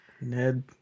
Ned